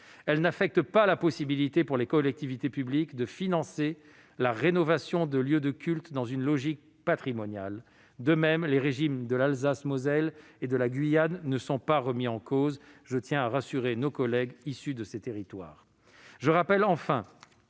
Elle n'affecte pas la possibilité pour les collectivités publiques de financer la rénovation de lieux de culte dans une logique patrimoniale. Quant aux régimes de l'Alsace-Moselle et de la Guyane, ils ne sont pas remis en cause- je tiens à rassurer nos collègues issus de ces territoires.